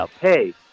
hey